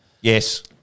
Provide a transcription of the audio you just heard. Yes